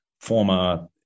former